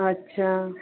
ਅੱਛਾ